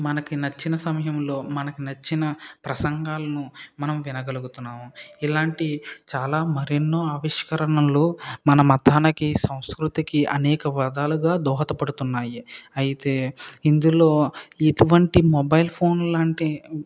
మనకు నచ్చిన సమయంలో మనకు నచ్చిన ప్రసంగాలను మనం వినగలుగుతున్నాము ఇలాంటి చాలా మరెన్నో ఆవిష్కరణలు మన మతానికి సంస్కృతికి అనేక విధాలుగా దోహదపడుతున్నాయి అయితే ఇందులో ఇటువంటి మొబైల్ ఫోన్ లాంటి